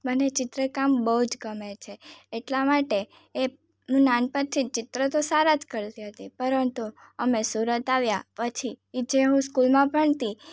મને ચિત્ર કામ બહુ જ ગમે છે એટલા માટે એ નાનપણથી જ ચિત્ર તો સારાં જ કરતી હતી પરંતુ અમે સુરત આવ્યા પછી એ જે હું સ્કૂલમાં ભણતી